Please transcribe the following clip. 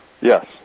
Yes